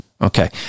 Okay